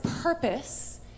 purpose